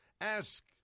Ask